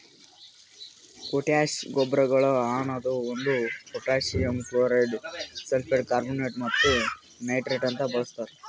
potash ಗೊಬ್ಬರಗೊಳ್ ಅನದು ಒಂದು ಪೊಟ್ಯಾಸಿಯಮ್ ಕ್ಲೋರೈಡ್, ಸಲ್ಫೇಟ್, ಕಾರ್ಬೋನೇಟ್ ಮತ್ತ ನೈಟ್ರೇಟ್ ಅಂತ ಬಳಸ್ತಾರ್